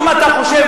אם אתה חושב,